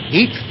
eat